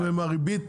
מה על הריבית?